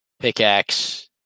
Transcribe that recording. pickaxe